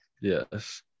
yes